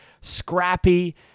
Scrappy